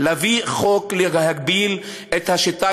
להביא חוק להגביל את השיטה,